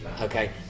Okay